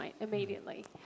immediately